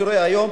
אני רואה היום,